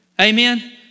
amen